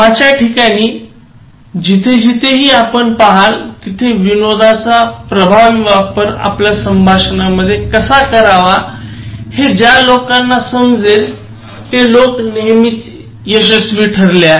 कामाच्या ठिकाणी जिथे जिथेही आपण पहाल तिथे विनोदाचा प्रभावी वापर आपल्या संभाषणामधेय कसा करावा हे ज्या लोकांना समजले ते लोक नेहमीच यशस्वी ठरले आहेत